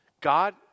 God